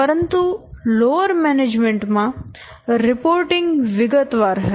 પરંતુ lower management માં reporting વિગતવાર હશે